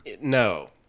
No